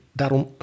daarom